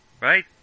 right